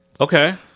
Okay